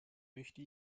möchte